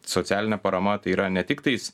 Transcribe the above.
socialinė parama tai yra ne tik tais